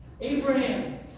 Abraham